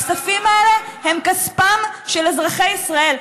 הכספים האלה הם של אזרחי ישראל.